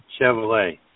Chevrolet